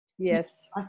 Yes